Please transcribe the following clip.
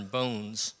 bones